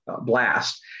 blast